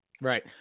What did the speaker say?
Right